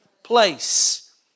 Place